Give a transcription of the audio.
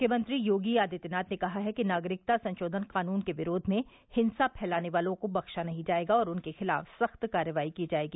मुख्यमंत्री योगी आदित्यनाथ ने कहा है कि नागरिकता संशोधन कानून के विरोध में हिंसा फैलाने वालों को बख्शा नहीं जाएगा और उनके खिलाफ सख्त कार्रवाई की जाएगी